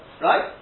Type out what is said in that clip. Right